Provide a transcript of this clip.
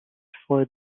for